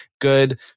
good